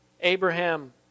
Abraham